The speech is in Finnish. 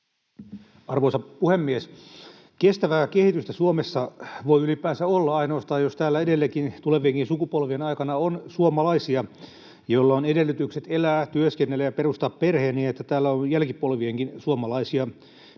Arvoisa puhemies! Kestävää kehitystä Suomessa voi ylipäänsä olla ainoastaan, jos täällä edelleen tulevienkin sukupolvien aikana on suomalaisia, joilla on edellytykset elää, työskennellä ja perustaa perhe niin, että täällä on jälkipolvienkin suomalaisia